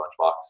Lunchbox